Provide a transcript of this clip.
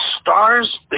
stars